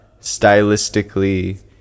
stylistically